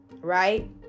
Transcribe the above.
right